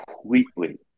completely